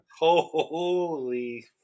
holy